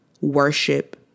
worship